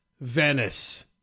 Venice